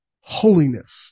Holiness